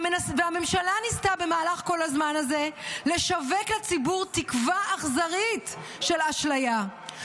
והממשלה ניסתה במהלך כל הזמן הזה לשווק לציבור תקווה אכזרית של אשליה.